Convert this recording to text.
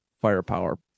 firepower